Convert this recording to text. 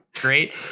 Great